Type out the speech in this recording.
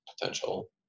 potential